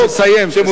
תסיים.